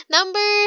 Number